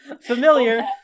familiar